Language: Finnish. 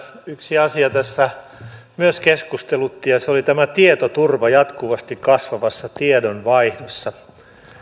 yksi asia tässä myös keskustelutti ja ja se oli tietoturva jatkuvasti kasvavassa tiedonvaihdossa